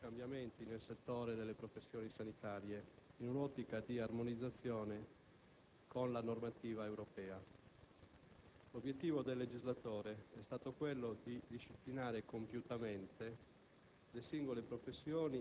ha prodotto profondi cambiamenti nel settore delle professioni sanitarie, in un'ottica dì armonizzazione con la normativa europea. L'obiettivo del legislatore è stato quello di disciplinare compiutamente